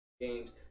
games